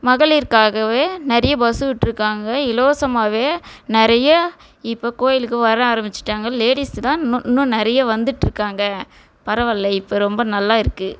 மகளிருகாகவே நிறைய பஸ்ஸு விட்டுருக்காங்க இலவசமாகவே நிறைய இப்போ கோயிலுக்கு வர ஆரம்பிச்சுட்டாங்க லேடீஸ் தான் இன்னும் இன்னும் நிறைய வந்துகிட்டுருக்காங்க பாரவாயில்லை இப்போ ரொம்ப நல்லா இருக்குது